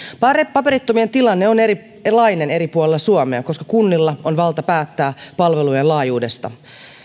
paperittomien tilanne on erilainen eri puolilla suomea koska kunnilla on valta päättää palvelujen laajuudesta